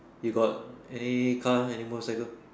you got any car any motorcycle